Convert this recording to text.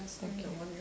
okay